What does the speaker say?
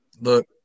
Look